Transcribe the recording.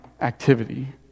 activity